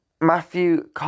Matthew